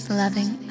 loving